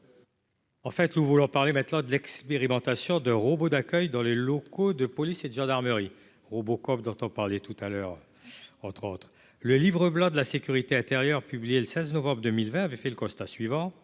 En fait, nous voulons parler maintenant de l'expérimentation de robots d'accueil dans les locaux de police et de gendarmerie Robocop dont on parlait tout à l'heure, entre autres, le livre blanc de la sécurité intérieure publié le 16 novembre 2020, avait fait le constat suivant